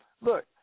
look